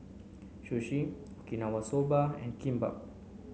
Sushi Okinawa Soba and Kimbap